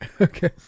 okay